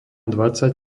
dvadsať